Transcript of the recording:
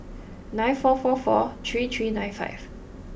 nine four four four three three nine five